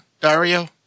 Dario